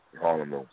Harlem